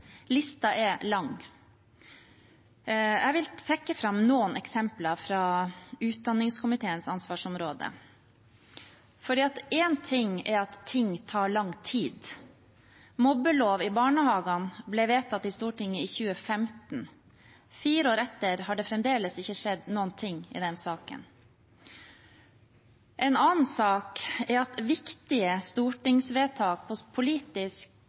lista er lang. Jeg vil trekke fram noen eksempler fra utdannings- og forskningskomiteens ansvarsområde. Én ting er at ting tar lang tid. Mobbelov i barnehagen ble vedtatt i Stortinget i 2015. Fire år etter har det fremdeles ikke skjedd noen ting i saken. En annen sak er at viktige stortingsvedtak på politisk